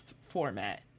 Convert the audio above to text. format